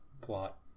plot